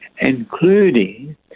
including